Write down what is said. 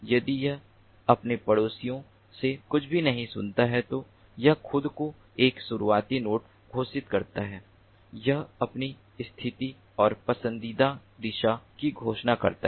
यदि यह अपने पड़ोसियों से कुछ भी नहीं सुनता है तो यह खुद को एक शुरुआती नोड घोषित करता है यह अपनी स्थिति और पसंदीदा दिशा की घोषणा करता है